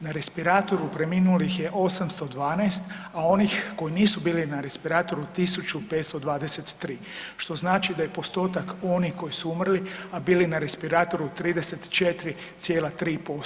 Na respiratoru preminulih je 812, a onih koji nisu bili na respiratoru 1523 što znači da je postotak onih koji su umrli, a bili na respiratoru 34,4%